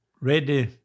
ready